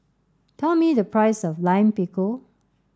tell me the price of Lime Pickle